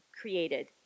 created